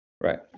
Right